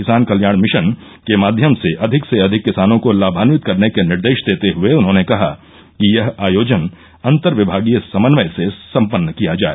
किसान कल्याण मिशन के माध्यम से अधिक से अधिक किसानों को लामान्वित करने के निर्देश देते हए उन्होंने कहा कि यह आयोजन अन्तर्विभागीय समन्वय से सम्पन्न किया जाए